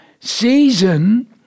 Season